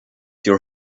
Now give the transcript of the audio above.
your